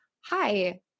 Hi